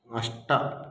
अष्ट